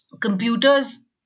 computers